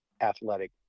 athletic